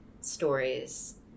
stories